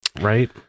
right